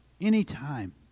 anytime